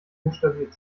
buchstabiert